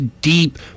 deep